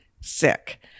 sick